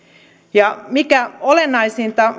ja mikä olennaisinta